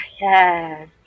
Yes